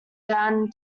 down